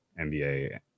NBA